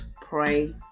pray